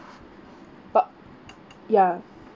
but ya